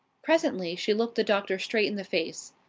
presently she looked the doctor straight in the face.